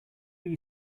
you